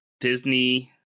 Disney